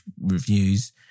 reviews